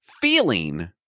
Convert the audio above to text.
feeling